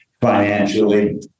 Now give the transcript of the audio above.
Financially